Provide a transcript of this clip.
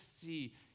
see